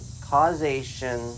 causation